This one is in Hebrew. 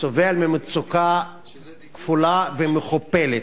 סובל ממצוקה כפולה ומכופלת.